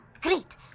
great